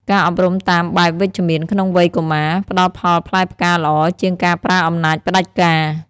ការអប់រំតាមបែបវិជ្ជមានក្នុងវ័យកុមារ ផ្ដល់ផលផ្លែផ្កាល្អជាងការប្រើអំណាចផ្ដាច់ការ។